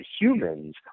humans